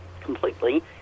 completely